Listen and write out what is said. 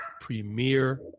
premier